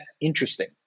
interesting